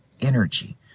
energy